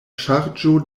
ŝarĝo